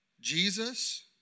Jesus